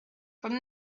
from